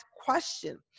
question